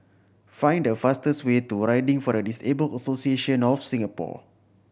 find the fastest way to Riding for the Disabled Association of Singapore